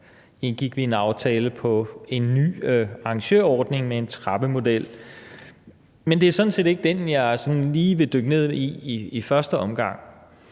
indgik en aftale om en ny arrangørordning med en trappemodel. Men det er sådan set ikke den, jeg sådan lige vil dykke ned i i første omgang.